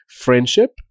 friendship